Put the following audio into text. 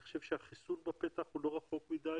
אני חושב שהחיסון בפתח והוא לא רחוק מדי